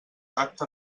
tacte